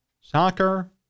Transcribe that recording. soccer